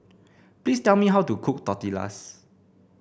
please tell me how to cook Tortillas